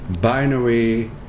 binary